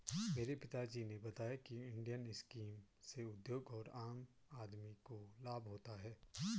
मेरे पिता जी ने बताया की इंडियन स्कीम से उद्योग और आम आदमी को लाभ होता है